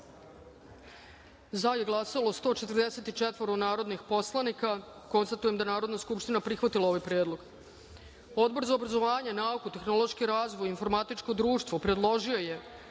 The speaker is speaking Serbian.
za – 144 narodna poslanika. Konstatujem da je Narodna skupština prihvatila ovaj predlog. Odbor za obrazovanje, nauku, tehnološki razvoj i informatičko društvo predložio je